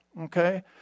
okay